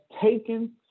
taken